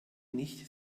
nicht